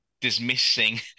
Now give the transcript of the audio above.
dismissing